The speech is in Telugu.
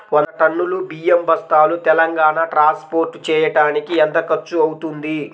వంద టన్నులు బియ్యం బస్తాలు తెలంగాణ ట్రాస్పోర్ట్ చేయటానికి కి ఎంత ఖర్చు అవుతుంది?